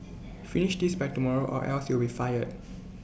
finish this by tomorrow or else you'll be fired